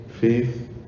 faith